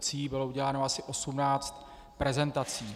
Bylo uděláno asi 18 prezentací.